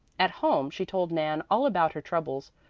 at home she told nan all about her troubles,